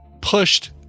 pushed